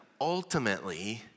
ultimately